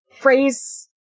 phrase